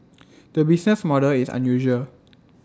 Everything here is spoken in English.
the business model is unusual